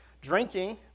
drinking